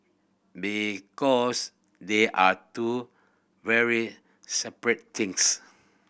because they are two very separate things